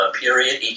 period